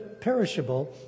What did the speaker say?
perishable